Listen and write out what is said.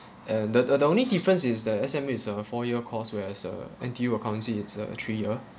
and the the the only difference is the S_M_U is a four year course whereas uh N_T_U accountancy it's a three year